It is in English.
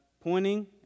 pointing